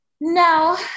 no